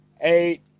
eight